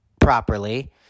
properly